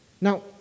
Now